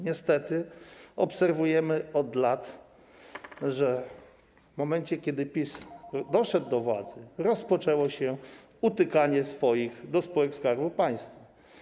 Niestety, obserwujemy od lat, że w momencie kiedy PiS doszedł do władzy, rozpoczęło się utykanie swoich do spółek Skarbu Państwa.